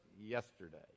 yesterday